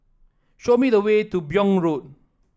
show me the way to Buyong Road